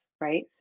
right